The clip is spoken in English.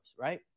Right